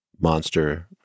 monster